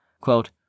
quote